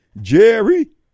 Jerry